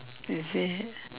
is it